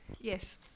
Yes